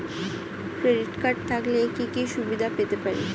Credit card থাকলে কি কি সুবিধা পেতে পারি?